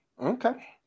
Okay